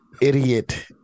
idiot